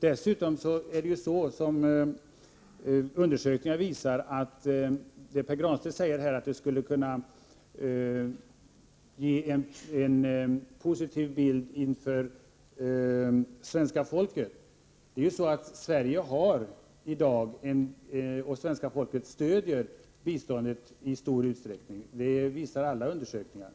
Pär Granstedt menar att en sådan utredning skulle kunna ge en positiv bild hos svenska folket om biståndet. Men alla undersökningar visar ju att svenska folket i dag i stor utsträckning stödjer biståndet.